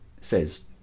says